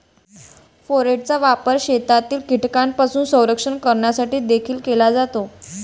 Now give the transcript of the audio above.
फोरेटचा वापर शेतातील कीटकांपासून संरक्षण करण्यासाठी देखील केला जातो